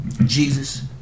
Jesus